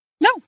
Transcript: no